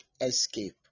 escape